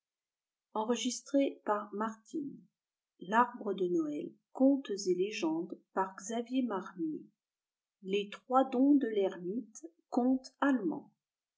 et les trois dons de l'ermite conte allemand